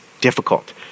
difficult